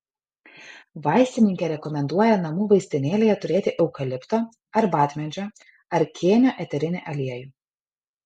vaistininkė rekomenduoja namų vaistinėlėje turėti eukalipto arbatmedžio ar kėnio eterinį aliejų